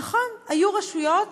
נכון, היו רשויות